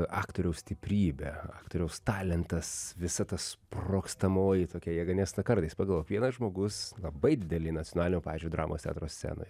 aktoriaus stiprybė aktoriaus talentas visa ta sprogstamoji tokia jėga nes na kartais pagalvok vienas žmogus labai didelėj nacionalinio pavyzdžiui dramos teatro scenoje